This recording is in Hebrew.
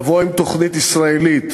לבוא עם תוכנית ישראלית,